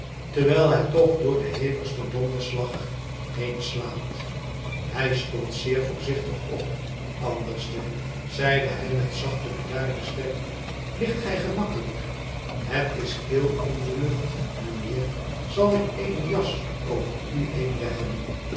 terwijl hij toch door den hevigsten donderslag heen slaapt hij stond zeer voorzichtig op anderste zeide hij met zachte bedaarde stem ligt gij gemakkelijk het is kil in de lucht meneer zal ik eene jas over u heen leggen